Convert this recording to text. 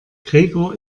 gregor